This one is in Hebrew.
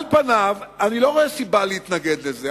על פניו אני לא רואה סיבה להתנגד לזה,